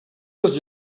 les